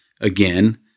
again